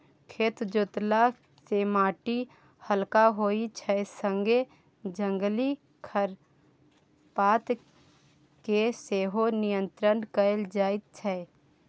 खेत जोतला सँ माटि हलका होइ छै संगे जंगली खरपात केँ सेहो नियंत्रण कएल जाइत छै